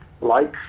likes